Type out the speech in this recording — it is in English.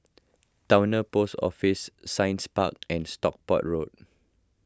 Towner Post Office Science Park and Stockport Road